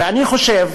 ואני חושב